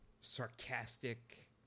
sarcastic